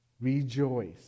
Rejoice